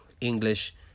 English